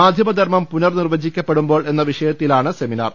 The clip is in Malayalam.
മാധ്യമധർമ്മം പുനർനിർവചിക്കപ്പെടു മ്പോൾ എന്ന വിഷയത്തിലാണ് സെമിനാർ